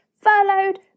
furloughed